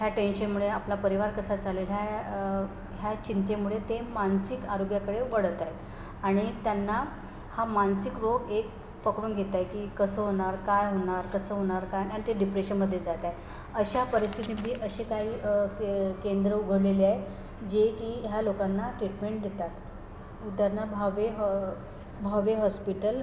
ह्या टेन्शनमुळे आपला परिवार कसा चालेल ह्या ह्या चिंतेमुळे ते मानसिक आरोग्याकडे वळत आहेत आणि त्यांना हा मानसिक रोग एक पकडून घेत आहे की कसं होणार काय होणार कसं होणार काय आणि ते डिप्रेशनमध्येे जात आहेत अशा परिस्थितीम अशी काही के केंद्र उघडलेले आहे जे की ह्या लोकांना ट्रीटमेंट देतात उदाहरणार्थ भावे ह भावे हॉस्पिटल